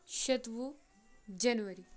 شَتوُہ جنؤری